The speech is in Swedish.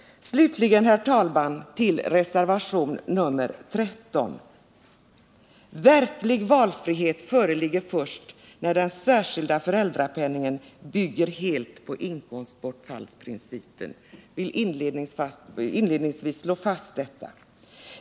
Slutligen reservation nr 13. Jag vill inledningsvis slå fast att verklig valfrihet föreligger först när den särskilda föräldrapenningen helt bygger på inkomstbortfallsprincipen.